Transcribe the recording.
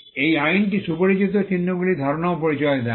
এই আইনটি সুপরিচিত চিহ্নগুলির ধারণারও পরিচয় দেয়